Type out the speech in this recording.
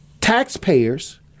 Taxpayers